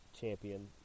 champion